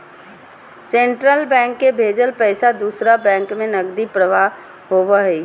central bank से भेजल पैसा दूसर बैंक में नकदी प्रवाह होबो हइ